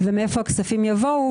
ומאיפה הכספים יבואו?